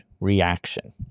reaction